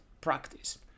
practice